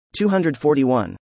241